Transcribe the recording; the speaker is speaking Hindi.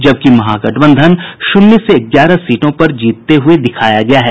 जबकि महागठबंधन को शुन्य से ग्यारह सीटों पर जीतते हुये दिखाया गया है